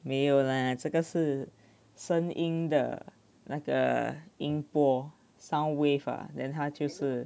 没有啦这个是声音的那个音波 sound wave ah then 他就是